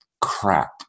crap